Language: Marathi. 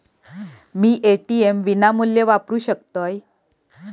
मी ए.टी.एम विनामूल्य वापरू शकतय?